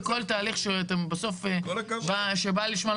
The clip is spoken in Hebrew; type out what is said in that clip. וכל תהליך שבסוף בא לשמה,